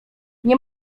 nie